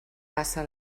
passa